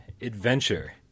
adventure